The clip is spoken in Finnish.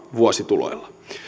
vuosituloja